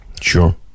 Sure